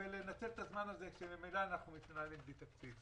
ולנצל את הזמן הזה כאשר ממילא אנחנו מדינה בלי תקציב.